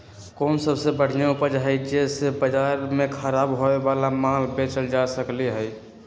कोन सबसे बढ़िया उपाय हई जे से बाजार में खराब होये वाला माल बेचल जा सकली ह?